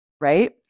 right